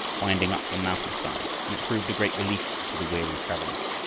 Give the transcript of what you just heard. winding up the mountainside, and it proved a great relief to the weary travelers.